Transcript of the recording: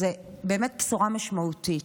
זאת באמת בשורה משמעותית.